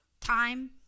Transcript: time